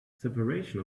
separation